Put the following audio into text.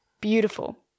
beautiful